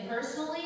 personally